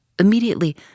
immediately